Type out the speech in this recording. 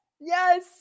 yes